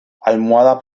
almohada